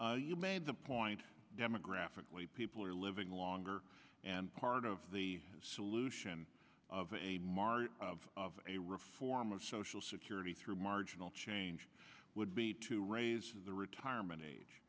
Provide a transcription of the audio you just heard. sternly you made the point demographically people are living longer and part of the solution of a march of a reform of social security through marginal change would be to raise the retirement age